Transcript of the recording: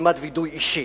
כמעט וידוי אישי.